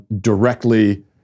directly